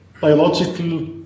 biological